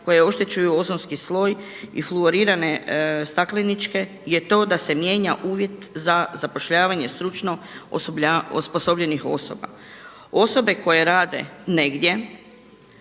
koje oštećuju ozonski sloj i fluorirane stakleničke je to da se mijenja uvjet za zapošljavanje stručno osposobljenih osoba. Osobe koje rade negdje